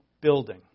building